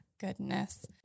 Goodness